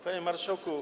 Panie Marszałku!